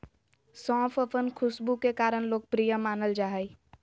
सौंफ अपन खुशबू के कारण लोकप्रिय मानल जा हइ